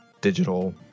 digital